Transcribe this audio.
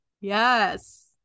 Yes